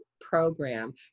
program